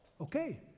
Okay